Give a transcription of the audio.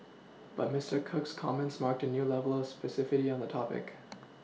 but Mister Cook's comments marked a new level of specificity on the topic